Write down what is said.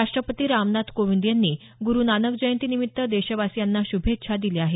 राष्ट्रपती रामनाथ कोविंद यांनी गुरु नानक जयंती निमित्त शुभेच्छा दिल्या आहेत